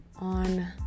on